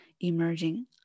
emerging